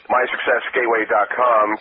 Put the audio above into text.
MySuccessGateway.com